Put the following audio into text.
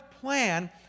plan